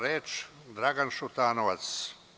Reč ima Dragan Šutanovac.